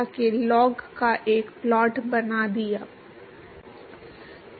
और उन्होंने इस वक्र का एक प्लॉट बनाया और फिर आपको किसी प्रकार का सीधा सीधा संबंध मिलता है